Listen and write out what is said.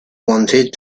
wanted